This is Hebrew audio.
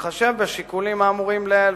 בהתחשב בשיקולים האמורים לעיל,